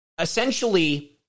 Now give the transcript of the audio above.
essentially